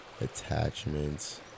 attachments